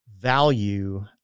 value